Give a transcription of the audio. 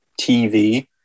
TV